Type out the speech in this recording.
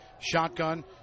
shotgun